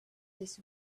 this